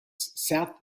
south